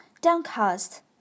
downcast